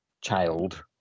child